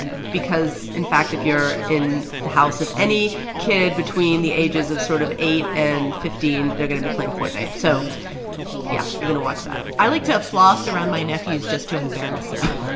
ah because, in fact, if you're in the house of any kid between the ages of sort of eight and fifteen, they're going to be playing fortnite. so yeah, you're going to watch that i like to floss around my nephews just to embarrass them